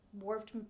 warped